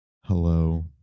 Hello